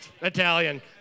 Italian